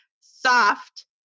soft